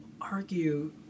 argue